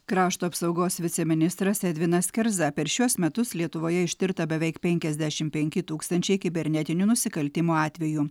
krašto apsaugos viceministras edvinas kerza per šiuos metus lietuvoje ištirta beveik penkiasdešim penki tūkstančiai kibernetinių nusikaltimų atvejų